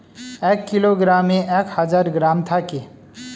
এক কিলোগ্রামে এক হাজার গ্রাম থাকে